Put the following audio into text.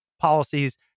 policies